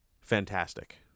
fantastic